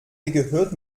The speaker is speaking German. gehört